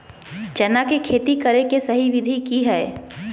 चना के खेती करे के सही विधि की हय?